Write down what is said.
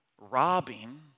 robbing